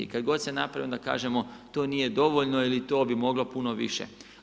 I kada se god se napravi, onda kažemo to nije dovoljno ili to bi moglo puno više.